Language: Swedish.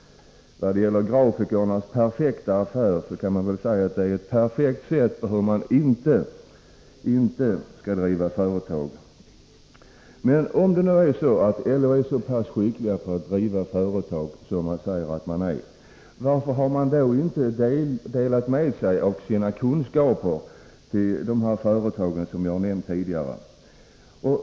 Vad gäller grafikernas ”perfekta affär” kan man utan vidare påstå att detta är ett perfekt sätt att inte driva företag. Men om nu LO är så skickligt på att driva företag som man själv försöker inbilla oss, varför har man inte delat med sig av sin kunskap till de av mig nämnda företagen?